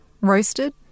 roasted